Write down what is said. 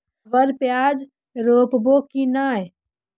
अबर प्याज रोप्बो की नय?